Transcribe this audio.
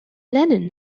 lennon